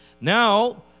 Now